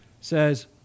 Says